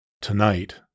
Tonight